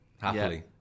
Happily